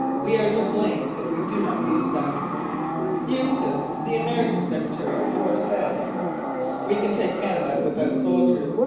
we are to blame if we do not use them eustis, the american secretary of war, said we can take canada without soldiers.